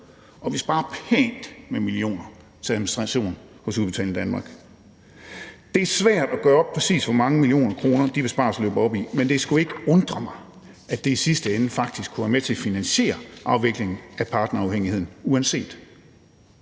og vi sparer pænt med millioner til administration hos Udbetaling Danmark. Det er svært at gøre op præcis, hvor mange millioner kroner de besparelser løber op i, men det skulle ikke undre mig, at det i sidste ende faktisk kunne være med til at finansiere afviklingen af partnerafhængigheden uanset